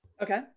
Okay